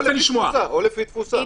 או לפי תפוסה.